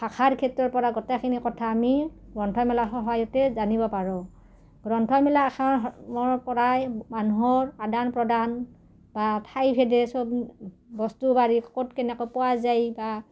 ভাষাৰ ক্ষেত্ৰৰপৰা গোটেইখিনি কথা আমি গ্ৰন্থমেলাৰ সহায়তে জানিব পাৰোঁ গ্ৰন্থমেলা পৰাই মানুহৰ আদান প্ৰদান বা ঠাইভেদে চব বস্তু বাৰী ক'ত কেনেকৈ পোৱা যায় বা